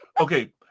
Okay